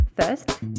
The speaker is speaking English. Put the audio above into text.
First